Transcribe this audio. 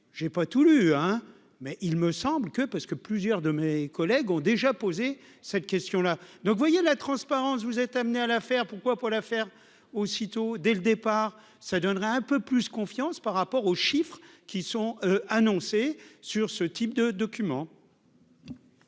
j'ai pas tout lu, hein, mais il me semble que parce que plusieurs de mes collègues ont déjà posé cette question là, donc vous voyez, la transparence, vous êtes amené à l'affaire, pourquoi, pour la faire aussitôt dès le départ, ça donnerait un peu plus confiance par rapport aux chiffres qui sont annoncés sur ce type de document.